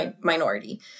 minority